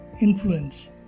influence